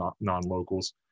non-locals